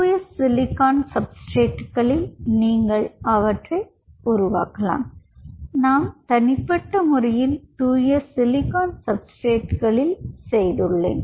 தூய சிலிக்கான் சப்ஸ்ட்ரட்களில் நீங்கள் அவற்றை உருவாக்கலாம் நான் தனிப்பட்ட முறையில் தூய சிலிக்கான் சப்ஸ்ட்ரட்களில் செய்துள்ளேன்